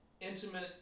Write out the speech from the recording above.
intimate